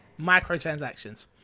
microtransactions